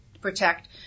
protect